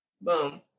boom